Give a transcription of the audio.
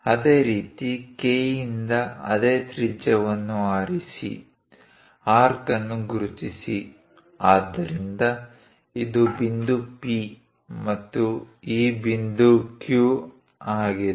ಅದೇ ರೀತಿ K ಯಿಂದ ಅದೇ ತ್ರಿಜ್ಯವನ್ನು ಆರಿಸಿ ಆರ್ಕ್ ಅನ್ನು ಗುರುತಿಸಿ ಆದ್ದರಿಂದ ಇದು ಬಿಂದು P ಮತ್ತು ಈ ಬಿಂದು Q